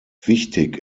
wichtig